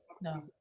no